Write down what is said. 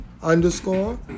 underscore